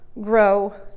grow